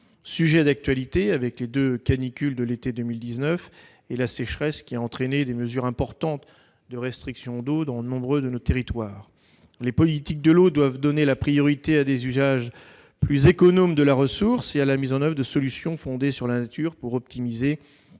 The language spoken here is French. sujet d'actualité après les deux canicules de l'été 2019 et la sécheresse qui a entraîné des mesures importantes de restriction d'eau dans nombre de nos territoires. Les politiques de l'eau doivent donner la priorité à des usages plus économes de la ressource et à la mise en oeuvre de solutions fondées sur la nature pour optimiser la